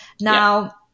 Now